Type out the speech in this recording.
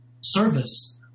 service